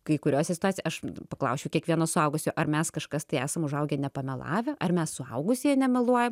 kai kuriose situacija aš paklausčiau kiekvieno suaugusio ar mes kažkas tai esam užaugę nepamelavę ar mes suaugusieji nemeluojam